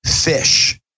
fish